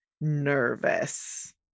nervous